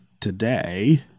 today